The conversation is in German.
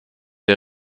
der